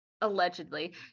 allegedly